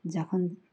যখন